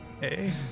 Hey